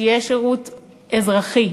שיהיה שירות אזרחי,